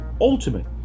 ultimate